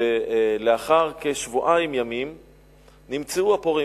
ולאחר כשבועיים ימים נמצאו הפורעים.